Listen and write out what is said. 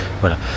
voilà